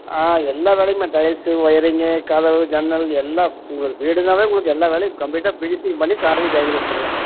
ஆ எல்லா வேலையுமே tiles wiring கதவு ஜன்னல் எல்லாம் உங்களுக்கு வீடுனாவே உங்களுக்கு எல்லா வேலையுமே கம்ப்ளீட்டா ஃபினிஸிங் பண்ணி சாவியை கையில் கொடுத்துடுவோம்